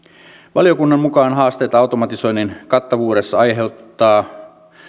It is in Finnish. valiokunnan mukaan haasteita automatisoinnin kattavuudessa aiheuttaa